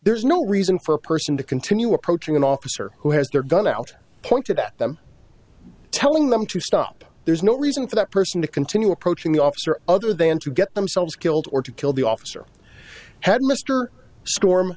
there's no reason for a person to continue approaching an officer who has their gun out pointed at them telling them to stop there's no reason for that person to continue approaching the officer other than to get themselves killed or to kill the officer had mr storm